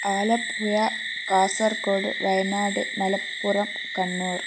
Alappuzha Kasaragod Wayanad Malappuram Kannur